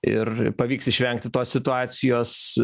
ir pavyks išvengti tos situacijos